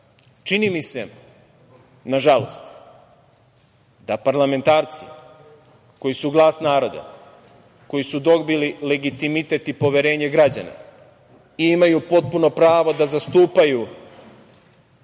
čini mi se, na žalost, da parlamentarci koji su glas naroda, koji su dobili legitimitet i poverenje građana i imaju potpuno pravo da zastupaju